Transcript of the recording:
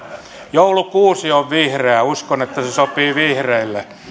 joulukuusi on vihreä uskon että se sopii vihreille